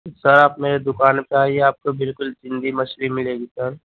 سر آپ میری دُکان پر آئیے آپ کو بالکل زندہ مچھلی ملے گی سر